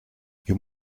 you